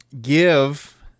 give